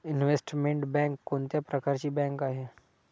Investment bank कोणत्या प्रकारची bank आहे?